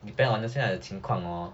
depends on 现在的情况 orh